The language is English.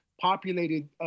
populated